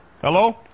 Hello